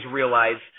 realize